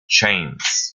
chains